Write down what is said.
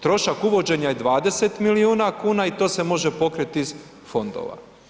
Trošak uvođenja je 20 milijuna kuna i to se može pokriti iz fondova.